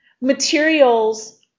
materials